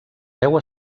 veu